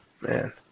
man